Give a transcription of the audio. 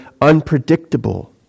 unpredictable